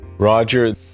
Roger